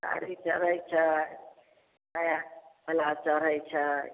साड़ी चढ़ैत छै नया नया चढ़ैत छै